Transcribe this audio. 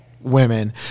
women